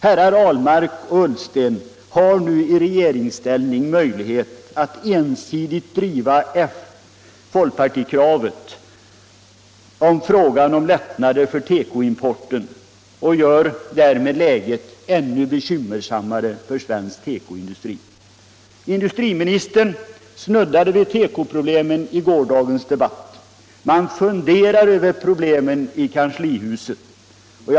Herrar Ahlmark och Ullsten har nu i regeringsställning möjlighet att ensidigt bedriva folkpartikravet på lättnader för tekoimporten och gör därmed läget ännu mera bekymmersamt för svensk tekoindustri. Industriministern snuddade vid tekoproblemen i gårdagens debatt. Man funderar över problemen i kanslihuset, meddelade han.